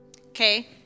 Okay